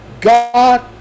God